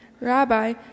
Rabbi